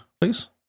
please